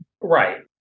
Right